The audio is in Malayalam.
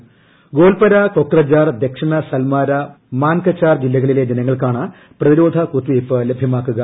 ് ഗോൽപര കൊക്രഝാർ ദക്ഷിണ സൽമാര മാൻക്കച്ചാർ ജില്ലകളിലെ ജനങ്ങൾക്കാണ് പ്രതിരോധ കുത്തിവയ്പ്പ് ലഭ്യമാക്കുക